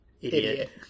idiot